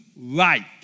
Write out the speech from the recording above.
right